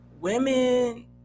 women